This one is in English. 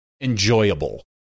enjoyable